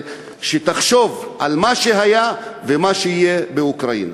שתחשוב על מה שהיה ומה שיהיה באוקראינה.